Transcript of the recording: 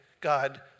God